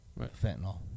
fentanyl